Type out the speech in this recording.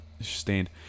stand